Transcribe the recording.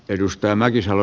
arvoisa puhemies